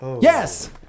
Yes